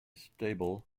stable